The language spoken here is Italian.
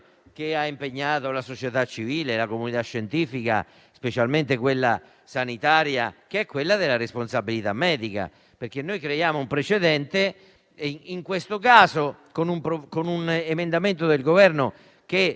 che ha impegnato la società civile e la comunità scientifica, specialmente quella sanitaria, che è la responsabilità medica. Noi creiamo un precedente e, in questo caso, lo facciamo con un emendamento del Governo.